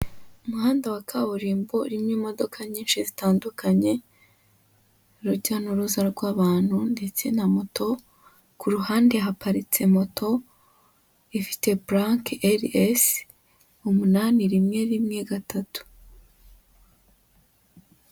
Umuhanda wa kaburimbo urimo imodoka nyinshi zitandukanye, urujya n'uruza rw'abantu ndetse na moto, ku ruhande haparitse moto ifite plaque RC umunani rimwe rimwe gatatu.